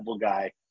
guy